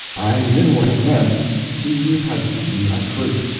i knew what it meant eve had eaten that fruit,